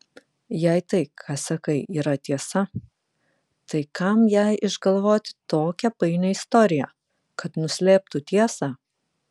jei tai ką sakai yra tiesa tai kam jai išgalvoti tokią painią istoriją kad nuslėptų tiesą